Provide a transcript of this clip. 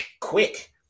quick